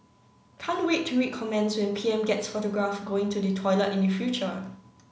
can't wait to read comments when P M gets photographed going to the toilet in the future